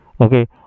Okay